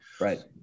Right